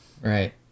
Right